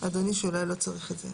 שאולי לא צריך את זה.